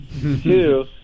two